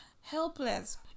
helpless